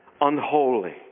unholy